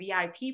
vip